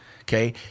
okay